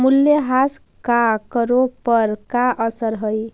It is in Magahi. मूल्यह्रास का करों पर का असर हई